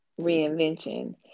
reinvention